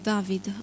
David